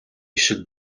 хишиг